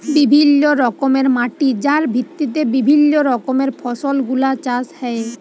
বিভিল্য রকমের মাটি যার ভিত্তিতে বিভিল্য রকমের ফসল গুলা চাষ হ্যয়ে